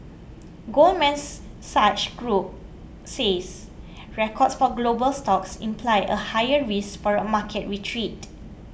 goldman's Sachs Group says records for global stocks imply a higher risk for a market retreat